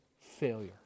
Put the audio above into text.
failure